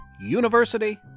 University